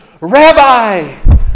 Rabbi